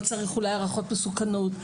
לא צריך אולי הערכות מסוכנות,